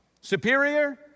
Superior